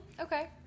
Okay